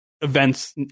events